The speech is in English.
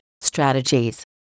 strategies